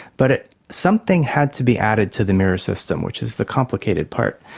but something had to be added to the mirror system, which is the complicated part,